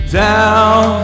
down